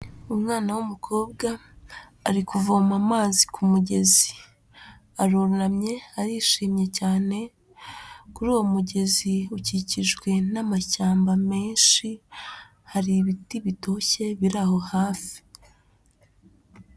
Umwana w'umukobwa ari kuvoma amazi ku mugezi, arunamye arishimye cyane. Kuri uwo mugezi ukikijwe n'amashyamba menshi, hari ibiti bitoshye biri aho hafi.